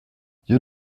you